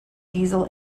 diesel